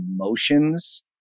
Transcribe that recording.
emotions